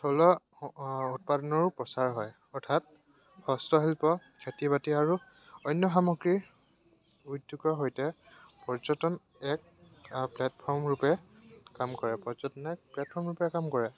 থলুৱা উৎপাদনৰো প্ৰচাৰ হয় অৰ্থাৎ হস্তশিল্প খেতি বাতি আৰু অন্য সামগ্ৰী উদ্যোগৰ সৈতে পৰ্যটন এক প্লেটফৰ্মৰূপে কাম কৰে পৰ্যটনে প্লেটফৰ্মৰূপে কাম কৰে